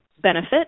benefit